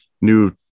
new